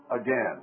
again